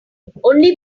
only